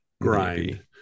grind